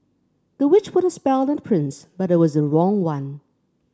the witch put a spell on the prince but it was the wrong one